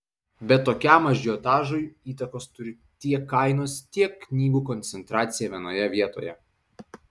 bet tokiam ažiotažui įtakos turi tiek kainos tiek knygų koncentracija vienoje vietoje